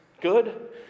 good